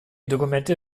dokumente